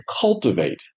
cultivate